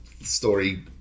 story